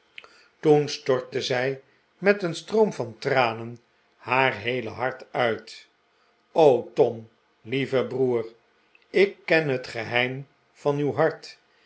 toen stortte zij met een stroom van tranen haar heele hart uit r o tom lieve broer ik ken het geheim van uw'hart